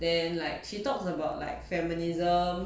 then like she talks about like feminism